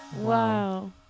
Wow